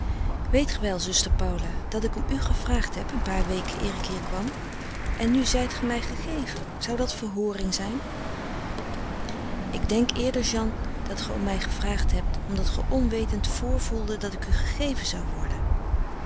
weet ge wel zuster paula dat ik om u gevraagd heb een paar weken eer ik hier kwam en nu zijt ge mij gegeven zou dat verhooring zijn ik denk eerder jeanne dat ge om mij gevraagd hebt omdat ge onwetend vrvoelde dat ik u gegeven zou worden